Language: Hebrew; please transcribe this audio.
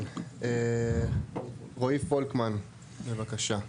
רועי פולקמן בבקשה.